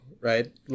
right